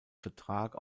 vertrag